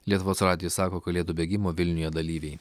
lietuvos radijui sako kalėdų bėgimo vilniuje dalyviai